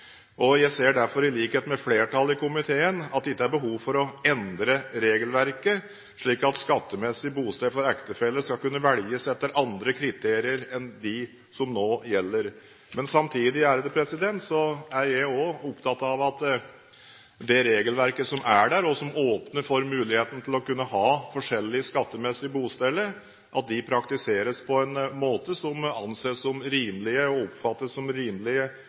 kriterier. Jeg ser derfor, i likhet med flertallet i komiteen, at det ikke er behov for å endre regelverket slik at skattemessig bosted for ektefeller skal kunne velges etter andre kriterier enn dem som nå gjelder. Men samtidig er jeg også opptatt av at det regelverket som er der, og som åpner for muligheten til å kunne ha forskjellig skattemessig bosted, praktiseres på en måte som anses som rimelig og oppfattes som